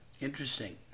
Interesting